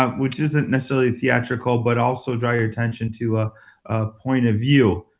ah which isn't necessarily theatrical, but also draw your attention to a point of view.